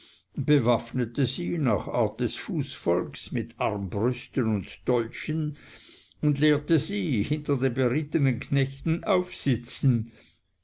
bewaffnete sie nach art des fußvolks mit armbrüsten und dolchen und lehrte sie hinter den berittenen knechten aufsitzen